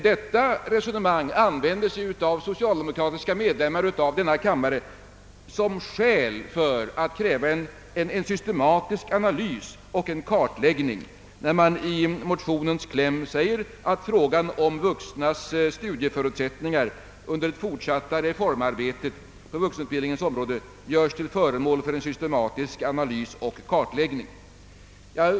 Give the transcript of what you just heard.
Detta resonemang använder emellertid socialdemokratiska ledamöter av denna kammare som motivering för att kräva en systematisk analys och en kartläggning, när man i motionens kläm säger, att frågan om vuxnas studieförutsättningar under det fortsatta reformarbetet på vuxenutbildningens område bör göras till föremål för en systematisk analys och kartläggning.